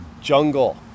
jungle